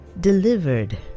delivered